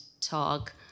talk